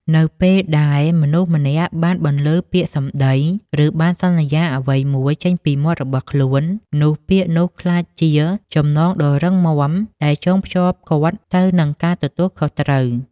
នៅពេលដែលមនុស្សម្នាក់បានបន្លឺពាក្យសម្ដី ឬបានសន្យាអ្វីមួយចេញពីមាត់របស់ខ្លួន នោះពាក្យនោះក្លាយជា ចំណងដ៏រឹងមាំ ដែលចងភ្ជាប់គាត់ទៅនឹងការទទួលខុសត្រូវ។